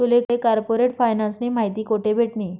तुले कार्पोरेट फायनान्सनी माहिती कोठे भेटनी?